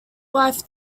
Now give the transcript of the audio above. wife